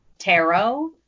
tarot